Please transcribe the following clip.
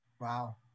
wow